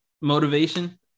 motivation